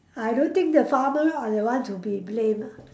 I don't think the farmer are the one to be blamed ah